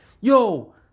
Yo